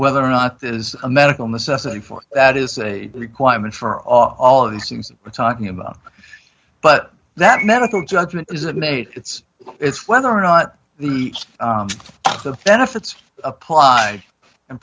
whether or not this is a medical necessity for that is a requirement for all all of these things we're talking about but that medical judgment is an eight it's it's whether or not the the benefits apply and